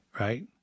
right